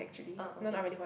oh okay